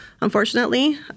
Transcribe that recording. unfortunately